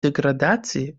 деградации